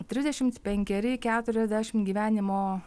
trisdešimt penkeri keturiadešimt gyvenimo